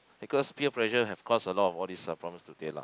because peer pressure have cause a lot of all this problems today lah